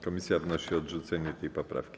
Komisja wnosi o odrzucenie tej poprawki.